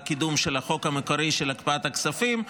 לקידום של החוק המקורי של הקפאת הכספים,